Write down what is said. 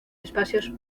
espacios